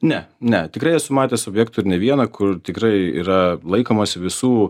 ne ne tikrai esu matęs objektų ir ne vieną kur tikrai yra laikomas visų